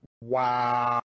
wow